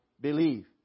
believe